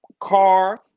Car